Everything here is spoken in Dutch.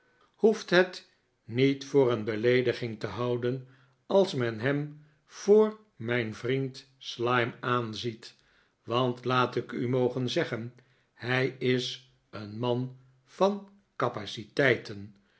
hoeft het niet voor een beleediging te houden als men hem voor mijn vriend slyme aanziet want laat ik u mogen zeggen hij is een man van capaciteiten